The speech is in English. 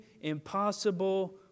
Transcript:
impossible